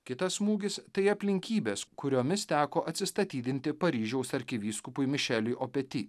kitas smūgis tai aplinkybės kuriomis teko atsistatydinti paryžiaus arkivyskupui mišeliui opeti